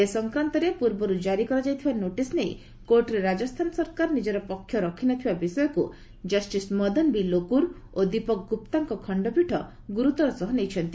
ଏ ସଂକ୍ରାନ୍ତରେ ଜାରି କରାଯାଇଥିବା ନୋଟିସ୍ ନେଇ କୋର୍ଟରେ ରାଜସ୍ଥାନ ସରକାର ନିଜର ପକ୍ଷ ରଖିନଥିବା ବିଷୟକୁ ଜଷ୍ଟିସ୍ ମଦନ ବି ଲୋକୁର୍ ଓ ଦୀପକ ଗୁପ୍ତାଙ୍କ ଖଣ୍ଡପୀଠ ଗୁରୁତର ସହ ନେଇଛନ୍ତି